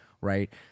right